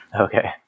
Okay